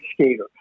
skater